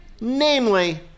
Namely